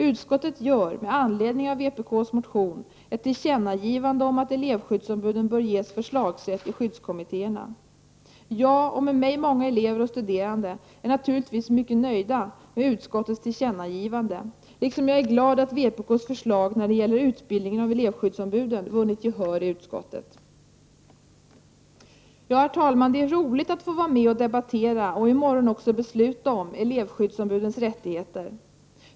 Med anledning av vpk:s motion uttalar utskottet att riksdagen bör göra ett tillkännagivande till regeringen om att elevskyddsombuden bör ges förslagsrätt i skyddskommittéerna. Jag, och med mig många elever och studerande, är naturligtvis mycket nöjda med utskottets skrivning, liksom jag är glad att vpk:s förslag när det gäller utbildningen av elevskyddsombuden vunnit gehör i utskottet. Ja, herr talman, det är roligt att få vara med att debattera och i morgon också besluta om elevskyddsombudens rättigheter.